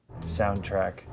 soundtrack